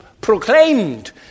proclaimed